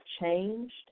changed